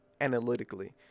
analytically